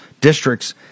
districts